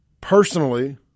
personally